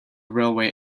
railway